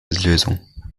lösung